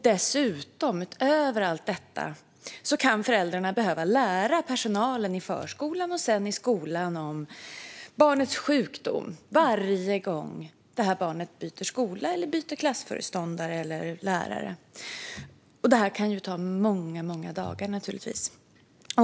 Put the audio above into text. Dessutom, utöver allt detta, kan föräldrarna behöva lära personalen i förskolan och sedan i skolan om barnets sjukdom varje gång barnet byter skola, klassföreståndare eller lärare. Det här kan naturligtvis ta många dagar.